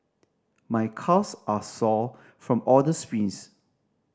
my calves are sore from all the sprints